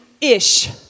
ish